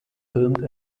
filmed